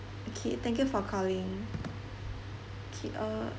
okay thank you for calling okay uh